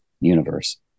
universe